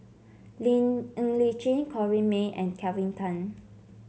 Li Ng Li Chin Corrinne May and Kelvin Tan